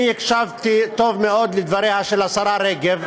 אני הקשבתי טוב מאוד לדבריה של השרה רגב,